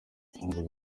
ngo